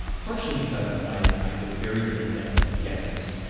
ah partially because i i go very in depth with guests.